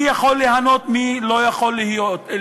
מי יכול ליהנות ומי לא יכול ליהנות.